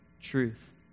truth